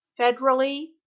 federally